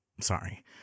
sorry